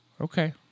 Okay